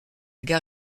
gare